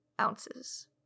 ounces